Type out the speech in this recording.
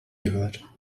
gehört